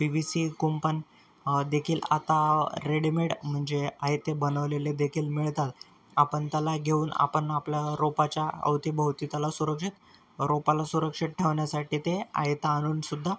P V C कुंपण देखील आता रेडीमेड म्हणजे आहे ते बनवलेले देखील मिळतात आपण त्याला घेऊन आपण आपल्या रोपाच्या अवतीभवती त्याला सुरक्षित रोपाला सुरक्षित ठेवण्यासाठी ते आयतं आ आणूनसुद्धा